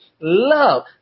love